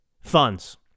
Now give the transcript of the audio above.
funds